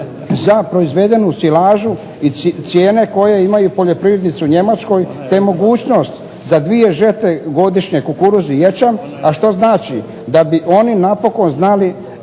za proizvedenu silažu i cijene koje imaju poljoprivrednici u Njemačkoj, te mogućnost da dvije žetve godišnje kukuruz i ječam, a što znači da bi oni napokon znali